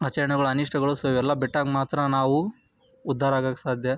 ಆಚರಣೆಗಳು ಅನಿಷ್ಟಗಳು ಸೊ ಇವೆಲ್ಲ ಬಿಟ್ಟಾಗ ಮಾತ್ರ ನಾವು ಉದ್ಧಾರ ಆಗೋಕೆ ಸಾಧ್ಯ